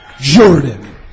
Jordan